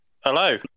Hello